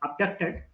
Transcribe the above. abducted